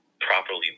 properly